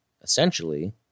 essentially